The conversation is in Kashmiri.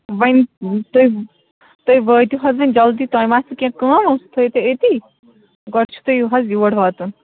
وۄنۍ تُہۍ تُہۍ وٲتِو حظ وۄنۍ جلدی تۄہہِ ما آسِوٕ کیٚنہہ کٲم سُہ تھٲیِو تُہۍ أتی گۄڈٕ چھِ تۄہہِ یہِ حظ یور واتُن